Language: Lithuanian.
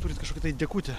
turit kažkokį tai dekutį